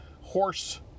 horse